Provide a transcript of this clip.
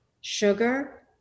sugar